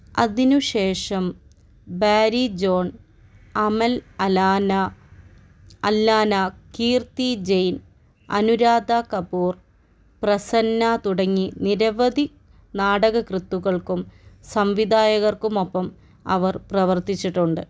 അതിനുശേഷം Barry John Amal Allana Allana Kirti Jain Anuradha Kapoor Prasanna തുടങ്ങി നിരവധി നാടകകൃത്തുക്കള്ക്കും സംവിധായകര്ക്കും ഒപ്പം അവർ പ്രവർത്തിച്ചിട്ടുണ്ട്